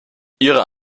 ihrer